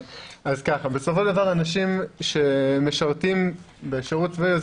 בסופו של דבר אנשים שמשרתים בשירות צבאי,